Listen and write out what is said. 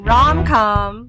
Rom-com